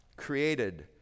created